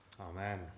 Amen